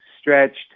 stretched